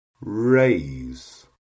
raise